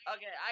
Okay